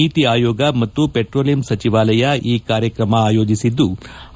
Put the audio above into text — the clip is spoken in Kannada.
ನೀತಿ ಆಯೋಗ ಮತ್ತು ಪಟ್ರೋಲಿಯಂ ಸಚಿವಾಲಯ ಈ ಕಾರ್ಯಕ್ರಮ ಆಯೋಜಿಸಿದ್ಲು